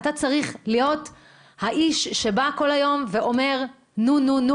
אתה צריך להיות האיש שבא כל היום ואומר - נו-נו-נו,